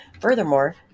Furthermore